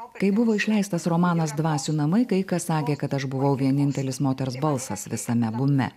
kai buvo išleistas romanas dvasių namai kai kas sakė kad aš buvau vienintelis moters balsas visame bume